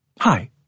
Hi